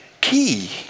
key